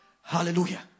Hallelujah